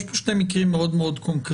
יש פה שני מקרים מאוד קונקרטיים.